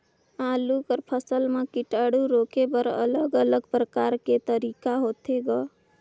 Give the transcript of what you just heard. आलू कर फसल म कीटाणु रोके बर अलग अलग प्रकार तरीका होथे ग?